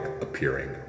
appearing